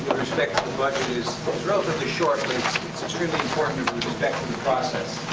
respect to the budget is relatively short, but it's extremely important with respect to the process.